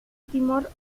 timor